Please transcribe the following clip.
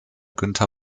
günther